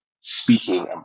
speaking